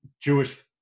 Jewish